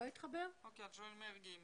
ז'ואל מרגי.